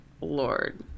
Lord